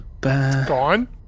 gone